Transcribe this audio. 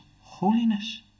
holiness